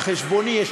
על חשבוני.